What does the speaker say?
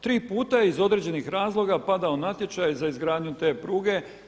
Tri puta je iz određenih razloga padao natječaj za izgradnju te pruge.